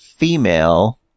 female